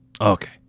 Okay